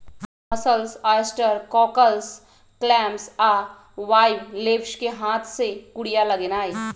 mussels, oysters, cockles, clams आ bivalves कें हाथ से कूरिया लगेनाइ